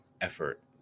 effort